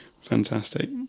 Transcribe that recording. Fantastic